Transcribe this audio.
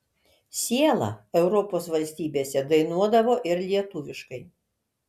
siela europos valstybėse dainuodavo ir lietuviškai